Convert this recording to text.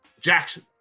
Jackson